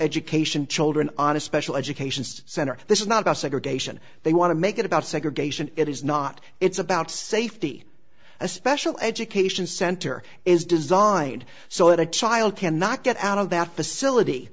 education children on a special education center this is not about segregation they want to make it about segregation it is not it's about safety a special education center is designed so that a child cannot get out of that facility